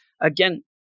again